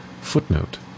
footnote